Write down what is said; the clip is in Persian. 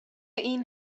این